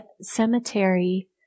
cemetery